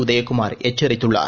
உதயகுமார் எச்சரித்துள்ளார்